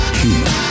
human